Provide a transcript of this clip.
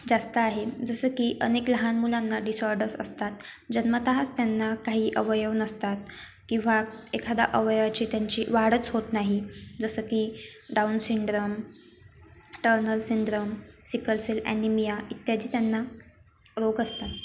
जास्त आहे जसं की अनेक लहान मुलांना डिसऑर्डर्स असतात जन्मत च त्यांना काही अवयव नसतात किंवा एखादा अवयवाची त्यांची वाढच होत नाही जसं की Down syndrome Turner syndrome sickle cell anaemia इत्यादी त्यांना रोग असतात